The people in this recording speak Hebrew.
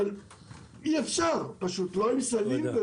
אבל אי אפשר עם סלים.